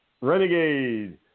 Renegade